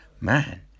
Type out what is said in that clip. Man